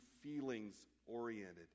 feelings-oriented